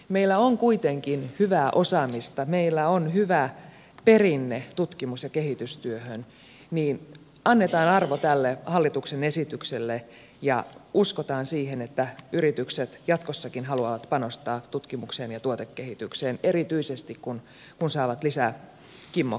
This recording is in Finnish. meillä on kuitenkin hyvää osaamista meillä on hyvä perinne tutkimus ja kehitystyössä joten annetaan arvo tälle hallituksen esitykselle ja uskotaan siihen että yritykset jatkossakin haluavat panostaa tutkimukseen ja tuotekehitykseen erityisesti kun saavat lisäkimmokkeen siihen